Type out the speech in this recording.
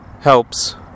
helps